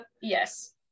yes